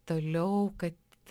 toliau kad